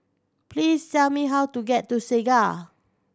please tell me how to get to Segar